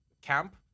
camp